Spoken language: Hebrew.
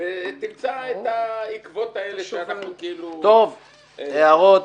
ותמצא את העקבות האלה --- יש עוד הערות?